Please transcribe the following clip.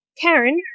Karen